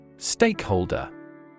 Stakeholder